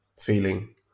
feeling